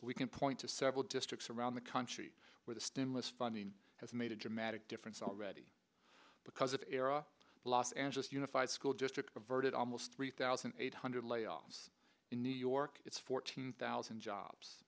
we can point to several districts around the country where the stimulus funding has made a dramatic difference already because it era los angeles unified school district averted almost three thousand eight hundred layoffs in new york it's fourteen thousand jobs